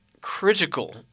critical